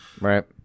right